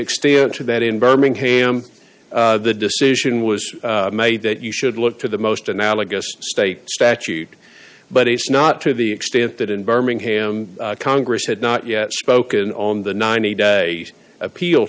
extent to that in birmingham the decision was made that you should look for the most analogous state statute but it's not to the extent that in birmingham congress had not yet spoken on the ninety day appeal